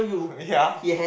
ya